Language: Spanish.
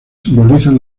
simbolizan